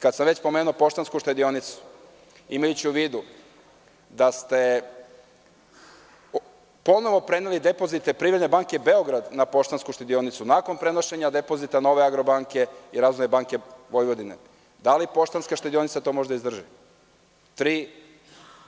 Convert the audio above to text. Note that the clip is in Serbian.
Kada sam već spomenuo Poštansku štedionicu, imajući u vidu da ste ponovo preneli depozite Privredne banke Beograd na Poštansku štedionicu nakon prenošenja depozita „Nove Agrombanke“ i „Razvojne banke Vojvodine“, da li Poštanska štedionica to može da izdrži – tri